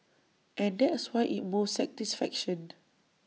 and that's why IT moves satisfaction